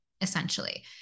essentially